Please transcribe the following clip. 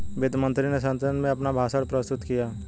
वित्त मंत्री ने संसद में अपना भाषण प्रस्तुत किया